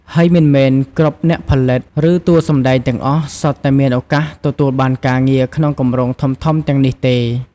ហើយមិនមែនគ្រប់អ្នកផលិត ឬតួសម្ដែងទាំងអស់សុទ្ធតែមានឱកាសទទួលបានការងារក្នុងគម្រោងធំៗទាំងនេះទេ។